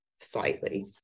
slightly